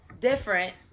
Different